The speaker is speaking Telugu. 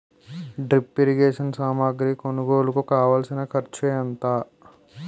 డ్రిప్ ఇరిగేషన్ సామాగ్రి కొనుగోలుకు కావాల్సిన ఖర్చు ఎంత